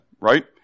right